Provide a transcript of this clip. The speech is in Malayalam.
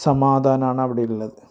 സമാധാനമാണ് അവിടെ ഉള്ളത്